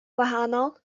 gwahanol